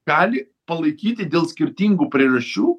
gali palaikyti dėl skirtingų priežasčių